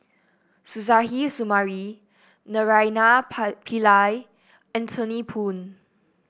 Suzairhe Sumari Naraina Pie Pillai Anthony Poon